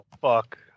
fuck